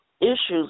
issues